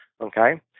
Okay